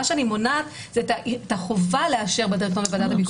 מה שאני מונעת זה את החובה לאשר בדירקטוריון ובוועדת הביקורת.